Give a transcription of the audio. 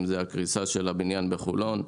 אם זה הקריסה של הבניין בחולון,